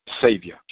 Savior